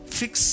fix